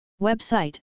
Website